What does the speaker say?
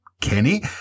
Kenny